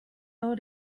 all